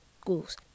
Schools